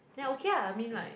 then okay ah I mean like